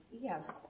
Yes